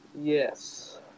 Yes